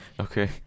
okay